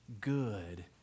good